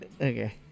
Okay